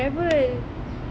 travel